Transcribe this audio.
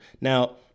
Now